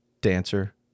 Dancer